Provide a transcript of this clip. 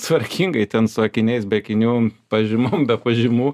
tvarkingai ten su akiniais be akinių pavyzdžiui mum be pažymų